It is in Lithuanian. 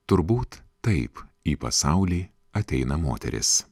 turbūt taip į pasaulį ateina moteris